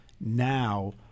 now